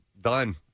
Done